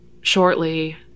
shortly